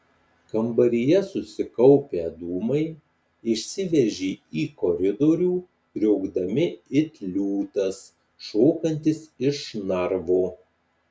kambaryje susikaupę dūmai išsiveržė į koridorių kriokdami it liūtas šokantis iš narvo